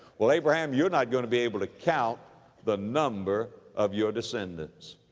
well, abraham, you're not going to be able to count the number of your descendants.